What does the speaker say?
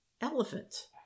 elephant